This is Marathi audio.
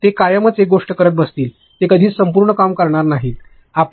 ते कायमच एक गोष्ट करत बसतील ते कधीच संपूर्ण काम पूर्ण करणार नाही एफएल